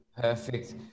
perfect